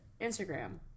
Instagram